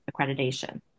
accreditation